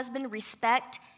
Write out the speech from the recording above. respect